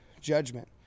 judgment